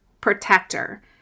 protector